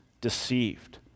deceived